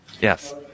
Yes